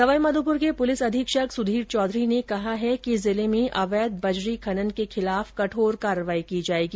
सवाईमाधोपुर के पुलिस अधीक्षक सुधीर चौधरी ने कहा है कि जिले में अवैध बजरी खनन के खिलाफ कठोर कार्रवाई की जायेगी